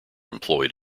employed